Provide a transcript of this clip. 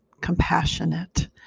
compassionate